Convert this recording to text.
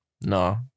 No